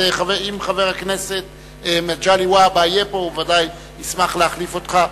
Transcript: אם חבר הכנסת מגלי והבה יהיה פה הוא ודאי ישמח להחליף אותך.